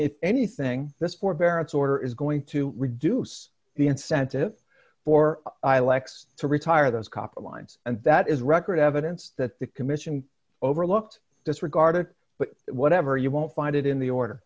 if anything this forbearance order is going to reduce the incentive for elects to retire those copper lines and that is record evidence that the commission overlooked disregarded but whatever you won't find it in the order